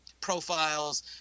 profiles